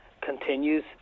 continues